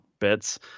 bits